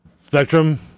Spectrum